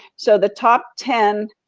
so the top ten